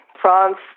France